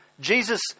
Jesus